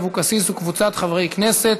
של חברת הכנסת אורלי לוי אבקסיס וקבוצת חברי הכנסת.